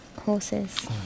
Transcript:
horses